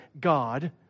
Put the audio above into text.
God